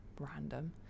random